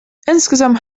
insgesamt